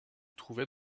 trouvait